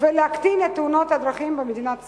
ולהקטין את מספר תאונות הדרכים במדינת ישראל.